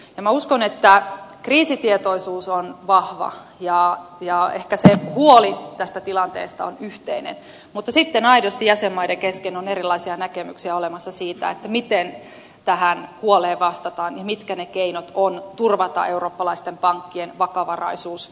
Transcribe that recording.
minä uskon että kriisitietoisuus on vahva ja ehkä se huoli tästä tilanteesta on yhteinen mutta sitten aidosti jäsenmaiden kesken on erilaisia näkemyksiä olemassa siitä miten tähän huoleen vastataan ja mitkä ovat ne keinot turvata eurooppalaisten pankkien vakavaraisuus